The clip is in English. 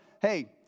hey